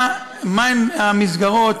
מה הן המסגרות,